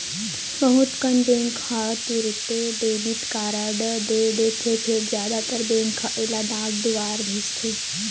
बहुत कन बेंक ह तुरते डेबिट कारड दे देथे फेर जादातर बेंक ह एला डाक दुवार भेजथे